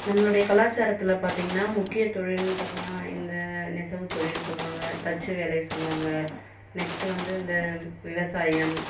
நம்மளுடைய கலாச்சாரத்தில் பார்த்தீங்கன்னா முக்கிய தொழில் பார்த்ன்னா இந்த நெசவு தொழில் சொல்லுவாங்கள் தச்சு வேலை சொல்லுவாங்கள் நெக்ஸ்ட்டு வந்து இந்த விவசாயம்